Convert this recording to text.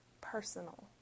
personal